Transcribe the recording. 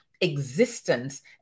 existence